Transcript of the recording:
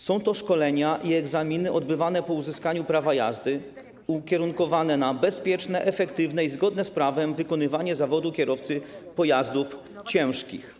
Są to szkolenia i egzaminy odbywane po uzyskaniu prawa jazdy, ukierunkowane na bezpieczne, efektywne i zgodne z prawem wykonywanie zawodu kierowcy pojazdów ciężkich.